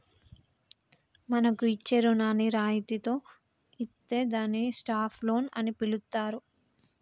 మనకు ఇచ్చే రుణాన్ని రాయితితో ఇత్తే దాన్ని స్టాప్ లోన్ అని పిలుత్తారు